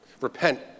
Repent